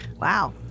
Wow